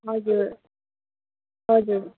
हजुर हजुर